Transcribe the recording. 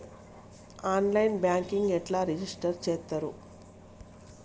On line banking ఎట్లా register చేత్తరు?